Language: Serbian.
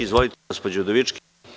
Izvolite, gospođo Udovički.